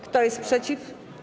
Kto jest przeciw?